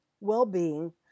well-being